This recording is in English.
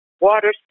water